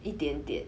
一点点